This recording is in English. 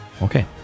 Okay